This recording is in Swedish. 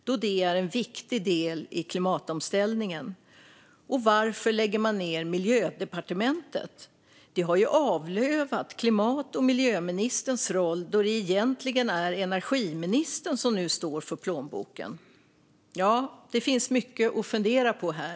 De är ju en viktig del i klimatomställningen. Och varför lägger man ned Miljödepartementet? Det har ju avlövat klimat och miljöministerns roll då det egentligen är energiministern som nu står för plånboken. Det finns mycket att fundera på här.